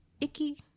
icky